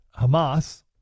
Hamas